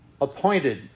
appointed